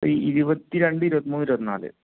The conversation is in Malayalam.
ഇരുപത്തിരണ്ട് ഇരുപത്തിമൂന്ന് ഇരുപത്തിനാല്